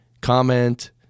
comment